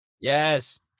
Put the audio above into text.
Yes